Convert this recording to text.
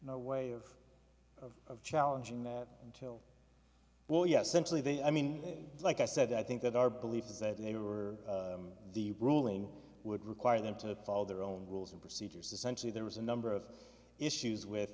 way of of challenging that until well yes simply they i mean like i said i think that our belief is that they were the ruling would require them to follow their own rules and procedures essentially there was a number of issues with